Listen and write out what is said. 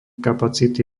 kapacity